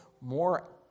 more